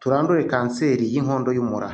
turandure kanseri y'inkondo y'umura''.